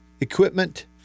Equipment